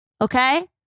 Okay